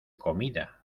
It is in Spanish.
comida